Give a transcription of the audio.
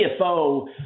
CFO